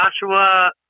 Joshua